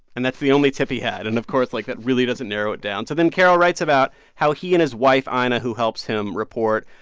and that's the only tip he had. and, of course, like, that really doesn't narrow it down so then caro writes about how he and his wife ah ina, who helps him report,